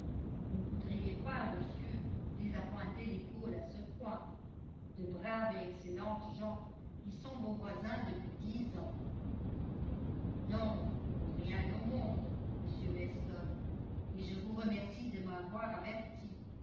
vous ne voudriez pas monsieur désappointer les cole à ce point de braves et excellentes gens qui sont vos voisins depuis dix ans non pour rien au monde monsieur weston et je vous remercie de m'avoir averti